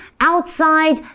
outside